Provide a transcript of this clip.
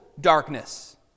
darkness